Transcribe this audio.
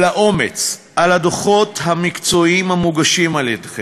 על האומץ, על הדוחות המקצועיים המוגשים על-ידיכם,